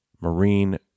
Marine